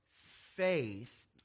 faith